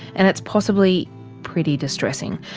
and it's possibly pretty distressing.